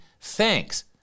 thanks